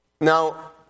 Now